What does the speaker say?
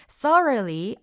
thoroughly